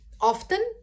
often